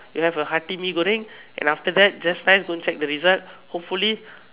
you have a hearty Mee-Goreng then after that just nice go and check the result hopefully